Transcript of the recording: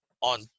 on